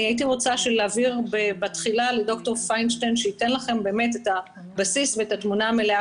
הייתי רוצה לאפשר לדוקטור פיינשטיין שייתן לכם את הבסיס ואת התמונה המלאה